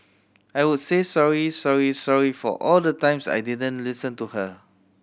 I would say sorry sorry sorry for all the times I didn't listen to her